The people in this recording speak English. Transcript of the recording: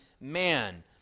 man